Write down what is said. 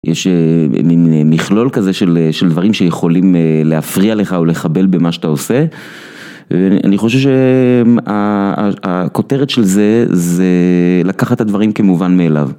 יש מין מכלול כזה של דברים שיכולים להפריע לך או לחבל במה שאתה עושה. אני חושב שהכותרת של זה, זה לקחת את הדברים כמובן מאליו.